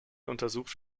untersucht